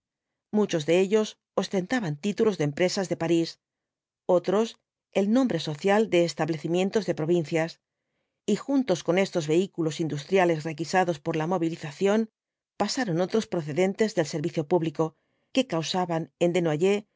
muchos de ellos ostentaban títulos de empresas de parís otros el nombre social de establecimientos de provincias y juntos con estos vehículos industriales requisados por la movilización pasaron otros procedentes del servicio público que causaban en